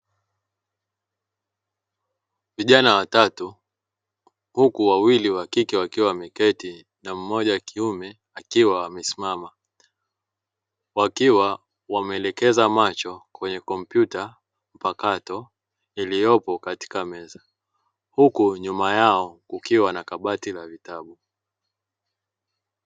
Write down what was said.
Vijana watatu huku wawili wakike wakiwa wameketi na mmoja wa kiume akiwa amesimama, wakiwa wameelekeza macho kwenye kompyuta mpakato iliyopo katika meza, huku nyuma yao kukiwa na kabati la vitabu.